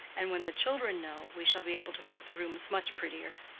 and when the children know, we shall be able to make the rooms much prettier.